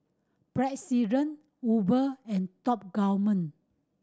President Uber and Top Gourmet